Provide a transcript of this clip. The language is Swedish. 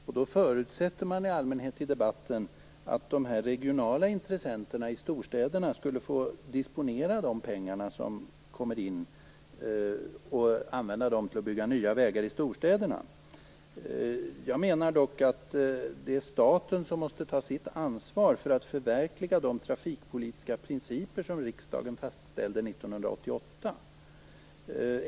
Då förutsätter man i allmänhet i debatten att de regionala intressenterna i storstäderna skulle få disponera de pengar som kommer in och använda dem till att bygga nya vägar i storstäderna. Jag menar dock att det är staten som måste ta sitt ansvar för att förverkliga de trafikpolitiska principer som riksdagen fastställde 1988.